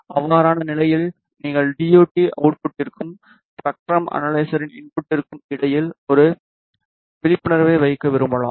அவ்வாறான நிலையில் நீங்கள் டி யு டி அவுட்புட்டிற்கும் ஸ்பெக்ட்ரம் அனலைசரின் இன்புட்டிற்கும் இடையில் ஒரு விழிப்புணர்வை வைக்க விரும்பலாம்